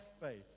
faith